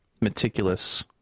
meticulous